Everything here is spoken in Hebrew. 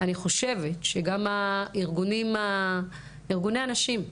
אני חושבת שגם ארגוני הנשים,